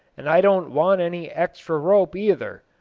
and i don't want any extra rope, either.